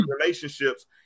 relationships